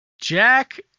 Jack